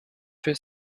für